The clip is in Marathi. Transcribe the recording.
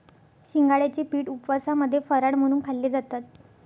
शिंगाड्याचे पीठ उपवासामध्ये फराळ म्हणून खाल्ले जातात